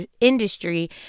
industry